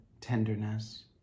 tenderness